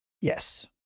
Yes